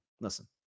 Listen